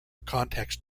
context